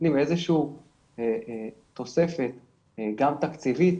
נותנים איזושהי תוספת גם תקציבית